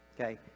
Okay